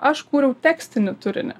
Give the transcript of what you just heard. aš kūriau tekstinį turinį